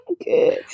good